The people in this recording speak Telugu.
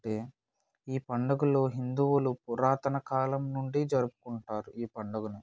అంటే ఈ పండుగలో హిందువులు పురాతనకాలం నుండి జరుపుకుంటారు ఈ పండుగను